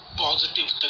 positive